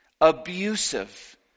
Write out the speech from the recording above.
abusive